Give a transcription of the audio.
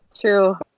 True